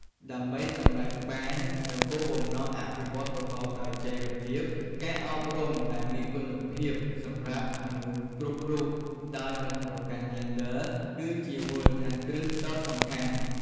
ដើម្បីសម្រេចបាននូវគោលដៅអភិវឌ្ឍន៍ប្រកបដោយចីរភាព ការអប់រំដែលមានគុណភាពសម្រាប់មនុស្សគ្រប់រូបដោយមិនប្រកាន់យេនឌ័រ គឺជាមូលដ្ឋានគ្រឹះដ៏សំខាន់។